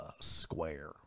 square